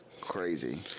crazy